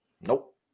Nope